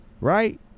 right